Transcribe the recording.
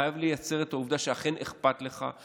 חייב לייצר את העובדה שאכן אכפת לך,